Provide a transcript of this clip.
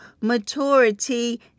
maturity